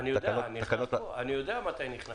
שלום אדוני,